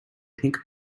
pink